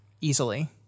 easily